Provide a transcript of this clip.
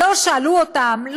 לא שאלו אותם,